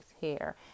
hair